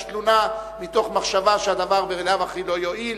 תלונה מתוך מחשבה שהדבר בלאו הכי לא יועיל,